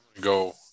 Go